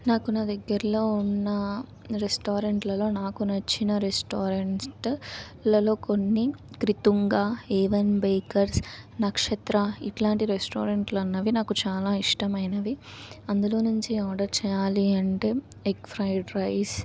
నాకు నా దగ్గరలో ఉన్నా రెస్టారెంట్లలో నాకు నచ్చిన రెస్టారెంట్లలో కొన్ని క్రితుంగ ఏ వన్ బేకర్స్ నక్షత్ర ఇట్లాంటి రెస్టారెంట్లన్నవి నాకు చాలా ఇష్టమైనవి అందులో నుంచి ఆర్డర్ చెయ్యాలి అంటే ఎగ్ ఫ్రైడ్ రైస్